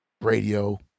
radio